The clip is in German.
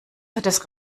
des